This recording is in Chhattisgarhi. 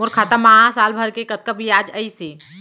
मोर खाता मा साल भर के कतका बियाज अइसे?